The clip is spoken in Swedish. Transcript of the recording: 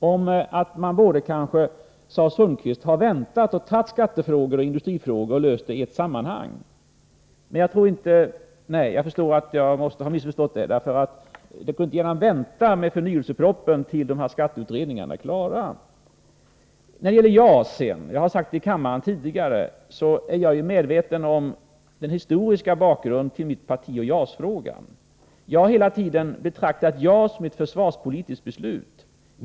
Sundkvist sade att man kanske borde ha väntat och löst skattefrågor och industrifrågor i ett sammanhang: Nej, jag förstår att jag måste ha missförstått det — man kan ju inte gärna vänta med förnyelsepropositionen tills skatteutredningarna är klara. Beträffande JAS vill jag säga — jag har sagt det tidigare i kammaren-— att jag är medveten om den historiska bakgrunden när det gäller mitt parti och JAS-frågan. Jag har hela tiden betraktat JAS-beslutet som ett försvarspolitiskt beslut.